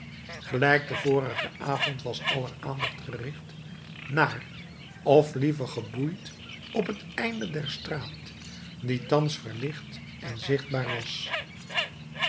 gelijk den vorigen avond was aller aandacht gericht naar of liever geboeid op het einde der straat die thans verlicht en zichtbaar was